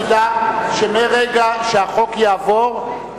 תדע שמרגע שהחוק יעבור,